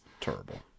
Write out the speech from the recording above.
Terrible